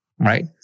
Right